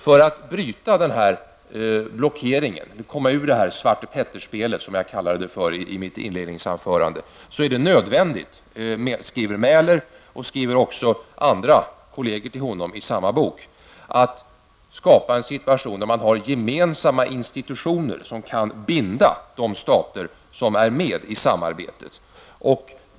För att bryta denna blockering, komma ur Svarte Petter-spelet, är det nödvändigt, skriver Mäler och andra kolleger till honom i samma bok, att skapa en situation där det finns gemensamma institutioner som kan binda de stater som är med i samarbetet.